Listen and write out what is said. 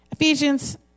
Ephesians